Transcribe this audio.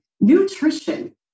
nutrition